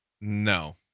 no